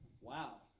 Wow